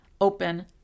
open